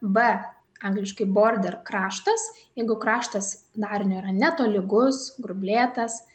bė angliškai border kraštas jeigu kraštas darinio yra netolygus grublėtas